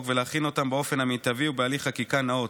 ולהכין אותם באופן המיטבי ובהליך חקיקה נאות.